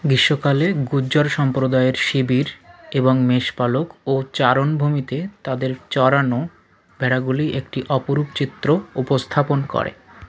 গীষ্মকালে গুজ্জর সম্প্রদায়ের শিবির এবং মেষপালক ও চারণভূমিতে তাদের চরানো ভেড়াগুলি একটি অপরূপ চিত্র উপস্থাপন করে